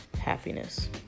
happiness